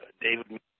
David